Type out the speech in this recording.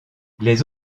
les